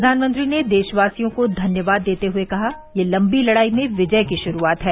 प्रधानमंत्री ने देशवासियों को धन्यवाद देते हुए कहा यह लंबी लड़ाई में विजय की शुरूआत है